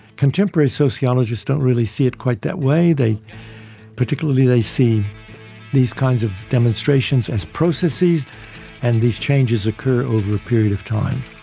contemporary sociologists don't really see it quite that way. particularly they see these kinds of demonstrations as processes and these changes occur over a period of time.